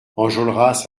enjolras